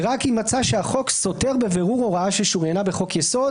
ורק אם מצא שהחוק סותר בבירור הוראה ששוריינה בחוק-יסוד.